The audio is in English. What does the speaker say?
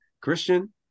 Christian